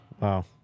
Wow